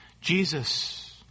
Jesus